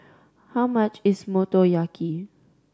how much is Motoyaki